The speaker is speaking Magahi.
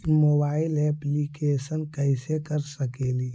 मोबाईल येपलीकेसन कैसे कर सकेली?